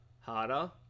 harder